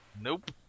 Nope